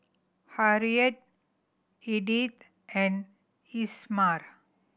Harriett Edyth and Isamar